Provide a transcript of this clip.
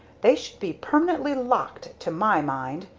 they should be permanently locked, to my mind!